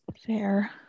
Fair